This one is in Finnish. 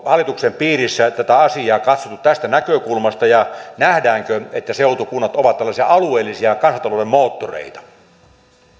hallituksen piirissä tätä asiaa katsottu tästä näkökulmasta ja nähdäänkö että seutukunnat ovat tällaisia alueellisia kansantalouden moottoreita